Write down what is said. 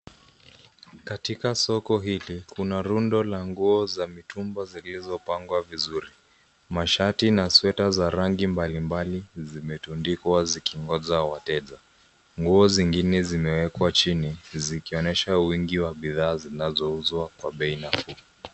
Katika soko hili kuna rundo la nguo za mitumba zilizopangwa vizuri. Mashati na sweta za rangi mbalimbali zimetundikwa zikingoja wateja. Nguo zingine zimewekwa chini zikionyesha wingi wa bidhaa zinazouzwa kwa bei nafuu.